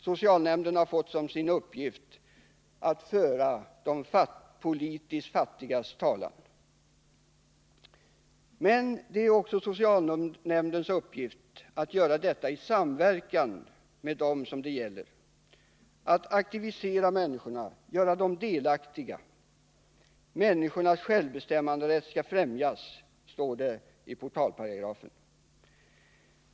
Socialnämnden har fått som sin uppgift att föra de ”politiskt fattigas” talan. Men det är också socialnämndens uppgift att göra detta i samverkan med dem som det gäller, att aktivera människorna och göra dem delaktiga i samhällets resurser. Människornas självbestämmanderätt skall främjas, står det i portalparagrafen.